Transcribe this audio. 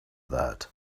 that